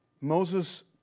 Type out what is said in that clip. Moses